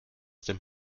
dem